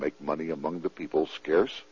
make money among the people scares